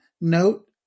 note